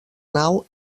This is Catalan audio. nau